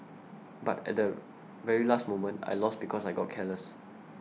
but at the very last moment I lost because I got careless